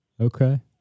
Okay